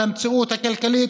על המציאות הכלכלית,